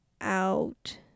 out